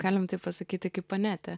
galim taip pasakyt tai kaip anetė